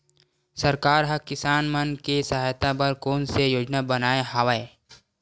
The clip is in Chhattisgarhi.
सरकार हा किसान मन के सहायता बर कोन सा योजना बनाए हवाये?